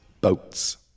boats